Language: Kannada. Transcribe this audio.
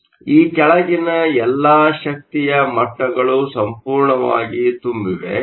ಆದ್ದರಿಂದ ಈ ಕೆಳಗಿನ ಎಲ್ಲಾ ಶಕ್ತಿಯ ಮಟ್ಟಗಳು ಸಂಪೂರ್ಣವಾಗಿ ತುಂಬಿವೆ